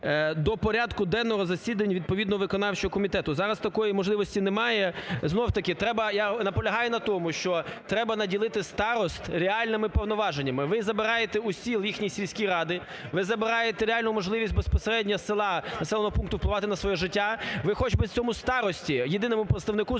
до порядку денного засідань відповідного виконавчого комітету. Зараз такої можливості немає. Знов-таки треба… я наполягаю на тому, що треба наділити старост реальними повноваженнями. Ви забираєте у сіл їхні сільські ради, ви забираєте реальну можливість безпосередньо з села, населеного пункту, впливати на своє життя. Ви хоч би цьому старості, єдиному представнику,